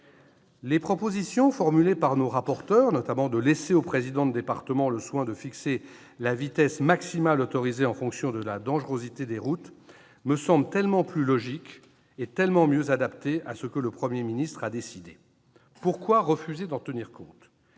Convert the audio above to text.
Les propositions formulées par nos rapporteurs, notamment celle de laisser aux présidents de département le soin de fixer la vitesse maximale autorisée en fonction de la dangerosité des routes, me semblent tellement plus logiques et mieux adaptées que ce que le Premier ministre a décidé. Pourquoi refuser d'en tenir compte ?